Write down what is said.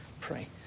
pray